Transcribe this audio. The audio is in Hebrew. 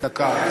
דקה.